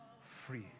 free